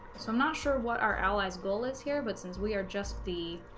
so i'm not sure what our allies goal is here but since we are just the